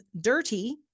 dirty